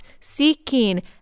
seeking